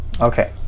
Okay